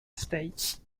states